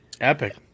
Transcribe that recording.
Epic